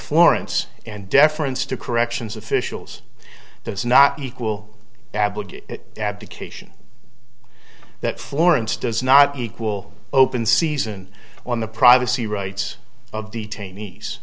florence and deference to corrections officials does not equal abdication that florence does not equal open season on the privacy rights of detainees